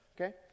Okay